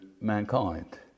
mankind